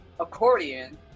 Accordion